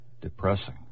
Depressing